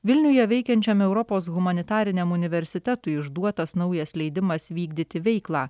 vilniuje veikiančiame europos humanitariniam universitetui išduotas naujas leidimas vykdyti veiklą